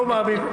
לא מאמין,